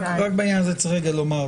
רק בעניין הזה צריך רגע לומר.